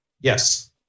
Yes